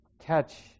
catch